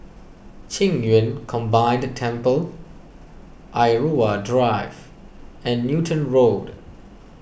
Qing Yun Combined Temple Irau Drive and Newton Road